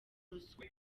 ruswa